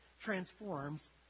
transforms